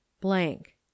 blank